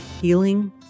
healing